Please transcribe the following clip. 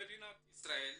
במדינת ישראל,